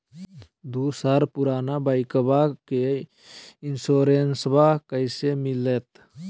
दू साल पुराना बाइकबा के इंसोरेंसबा कैसे मिलते?